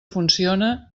funciona